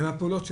מהפעולות שנעשו,